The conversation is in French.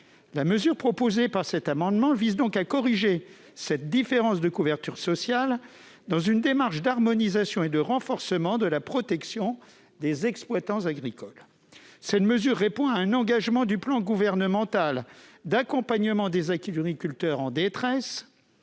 La mesure proposée vise donc à corriger cette différence de couverture sociale, dans une démarche d'harmonisation et de renforcement de la protection des exploitants agricoles. Elle répond à un engagement du plan gouvernemental d'accompagnement des agriculteurs en détresse